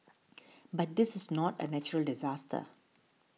but this is not a natural disaster